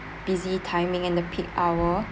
busy timing and the peak hour